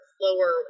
lower